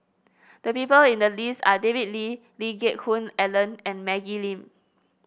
the people in the list are David Lee Lee Geck Hoon Ellen and Maggie Lim